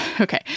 okay